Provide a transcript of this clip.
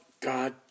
God